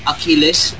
Achilles